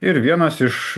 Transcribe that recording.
ir vienas iš